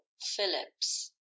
Phillips